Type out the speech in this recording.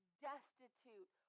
Destitute